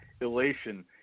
elation